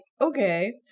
okay